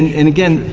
and again,